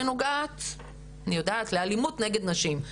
שנוגעת לאלימות נגד נשים,